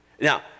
Now